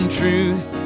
truth